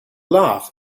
laugh